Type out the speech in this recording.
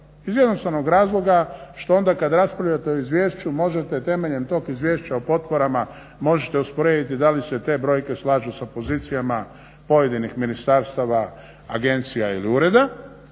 Iz jednostavnog razloga što onda kad raspravljate o izvješću možete temeljem tog Izvješća o potporama možete usporediti da li se te brojke slažu sa pozicijama pojedinih ministarstava, agencija ili ureda,